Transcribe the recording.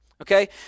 Okay